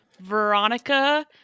Veronica